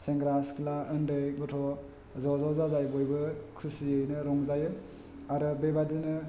सेंग्रा सिख्ला उन्दै गथ' ज'ज' जाजाय बयबो खुसियैनो रंजायो आरो बेबायदिनो